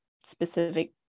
specific